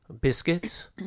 biscuits